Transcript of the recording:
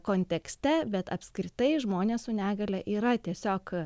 kontekste bet apskritai žmonės su negalia yra tiesiog